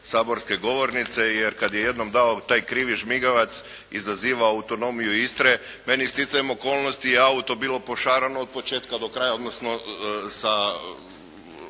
saborske govornice, jer kada je jednom dao taj krivi žmigavac izaziva autonomiju Istre. Meni sticajem okolnosti auto bilo pošarano od početka do kraja, odnosno sa